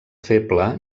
feble